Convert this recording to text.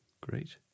great